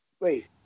wait